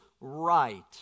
right